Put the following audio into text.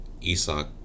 isak